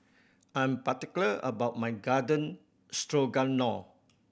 I'm particular about my Garden Stroganoff